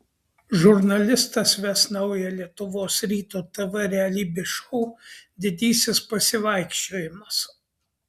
žurnalistas ves naują lietuvos ryto tv realybės šou didysis pasivaikščiojimas